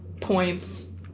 points